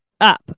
up